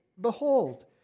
behold